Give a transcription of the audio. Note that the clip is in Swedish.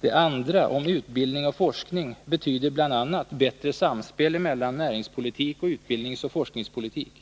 Det andra, om utbildning och forskning, betyder bl.a. bättre samspel mellan näringspolitik och utbildningsoch forskningspolitik.